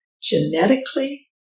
genetically